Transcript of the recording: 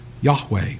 Yahweh